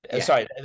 sorry